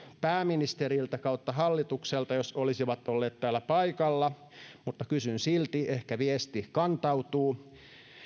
pääministeriltä hallitukselta jos olisivat olleet täällä paikalla mutta kysyn silti ehkä viesti kantautuu